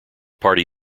party